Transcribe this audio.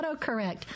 AutoCorrect